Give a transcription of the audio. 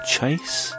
Chase